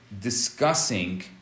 discussing